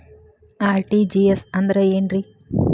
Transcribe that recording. RTGS ಅಂದ್ರ ಏನ್ರಿ?